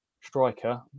striker